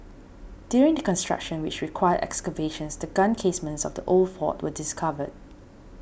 during the construction which required excavations the gun casements of the old fort were discovered